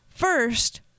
First